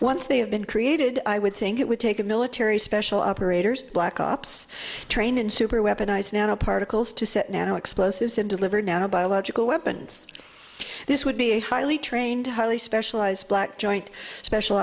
once they have been created i would think it would take a military special operators black ops trained in super weaponized nano particles to set nano explosives and deliver now biological weapons this would be a highly trained highly specialized black joint special